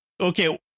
Okay